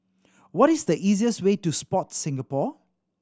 what is the easiest way to Sport Singapore